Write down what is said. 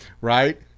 right